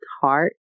heart